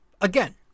again